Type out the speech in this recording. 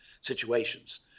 situations